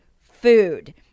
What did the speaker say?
food